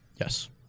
Yes